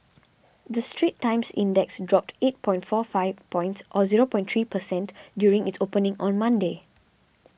the Straits Times Index dropped eight point four five points or zero point three per cent during its opening on Monday